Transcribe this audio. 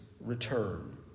return